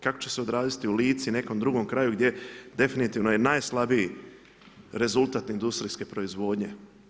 Kako će se odraziti u Lici, u nekom drugom kraju, gdje definitivno je najslabiji rezultat industrijske proizvodnje?